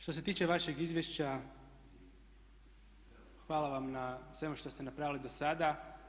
Što se tiče vašeg izvješća hvala vam na svemu što ste napravili do sada.